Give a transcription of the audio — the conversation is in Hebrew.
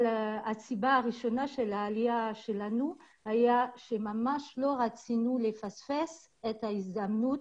אלא הסיבה הראשונה לעלייה שלנו הייתה שממש לא רצינו לפספס את ההזדמנות